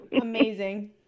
amazing